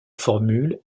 formule